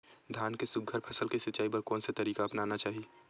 धान के सुघ्घर फसल के सिचाई बर कोन से तरीका अपनाना चाहि?